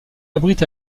abrite